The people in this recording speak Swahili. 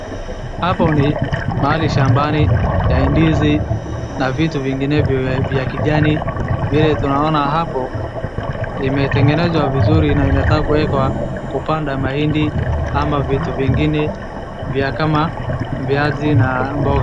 Hapo ni mahali shambani ya ndizi na vitu vinginevyo vya kijani. Vile tunaona hapo limetengenezwa vizuri na inataka kuwekwa kupanda mahindi ama vitu vingine vya kama viazi na mboga.